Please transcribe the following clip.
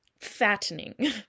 Fattening